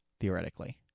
theoretically